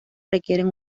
requieren